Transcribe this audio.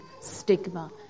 stigma